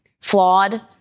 flawed